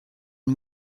une